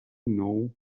know